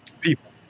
People